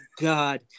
God